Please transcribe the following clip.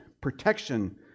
protection